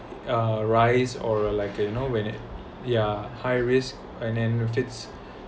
a rise or like you know when it ya high risk and then if it